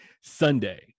Sunday